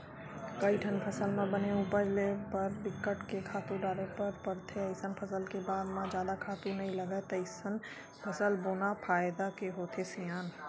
कइठन फसल म बने उपज ले बर बिकट के खातू डारे बर परथे अइसन फसल के बाद म जादा खातू नइ लागय तइसन फसल बोना फायदा के होथे सियान